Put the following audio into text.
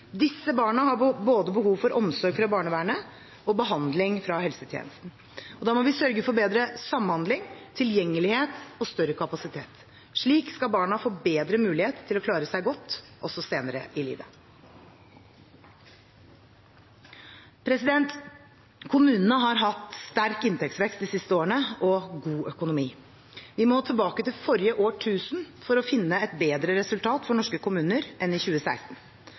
Disse barna har behov for både omsorg fra barnevernet og behandling fra helsetjenesten. Da må vi sørge for bedre samhandling, tilgjengelighet og større kapasitet. Slik skal barna få bedre mulighet til å klare seg godt også senere i livet. Kommunene har hatt sterk inntektsvekst de siste årene og god økonomi. Vi må tilbake til forrige årtusen for å finne et bedre resultat for norske kommuner enn i 2016.